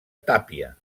tàpia